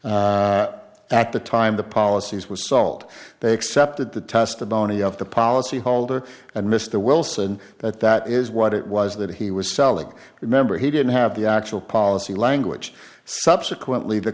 policies at the time the policies was salt they accepted the testimony of the policyholder and mr wilson that that is what it was that he was selling remember he didn't have the actual policy language subsequently the